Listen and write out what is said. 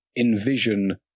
envision